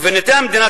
קברניטי המדינה,